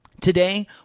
Today